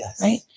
Right